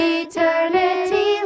eternity